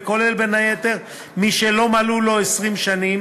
וכולל מי שלא מלאו לו 20 שנים